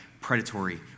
predatory